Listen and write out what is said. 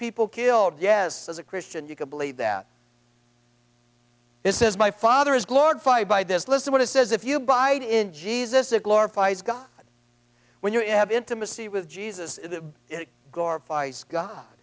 people killed yes as a christian you can believe that this is my father is glorified by this list of what it says if you buy it in jesus a glorifies god when you have intimacy with jesus it glorifies god